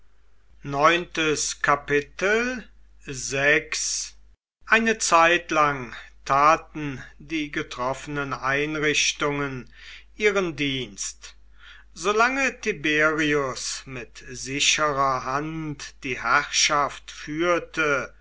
eine zeitlang taten die getroffenen einrichtungen ihren dienst so lange tiberius mit sicherer hand die herrschaft führte